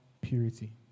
purity